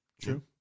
true